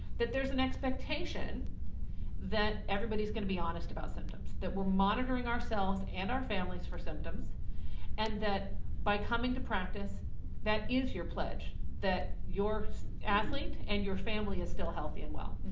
that there's an expectation that everybody's gonna be honest about symptoms that we're monitoring ourselves and our families for symptoms and that by coming to practice that is your pledge that your athlete and your family is still healthy and well.